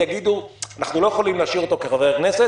יגידו: אנחנו לא יכולים להשאיר אותו כחבר כנסת,